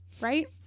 right